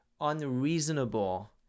unreasonable